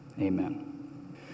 Amen